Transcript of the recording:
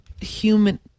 Human